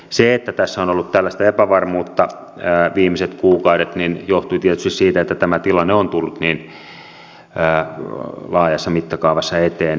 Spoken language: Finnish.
se että tässä on ollut tällaista epävarmuutta viimeiset kuukaudet johtui tietysti siitä että tämä tilanne on tullut niin laajassa mittakaavassa eteen